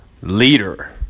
leader